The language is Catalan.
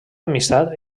amistat